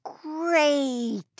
Great